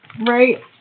Right